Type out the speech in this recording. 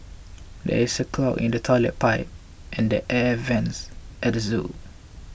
there is a clog in the Toilet Pipe and the Air Vents at zoo